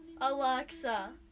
Alexa